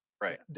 Right